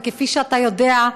וכפי שאתה יודע,